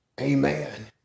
Amen